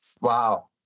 Wow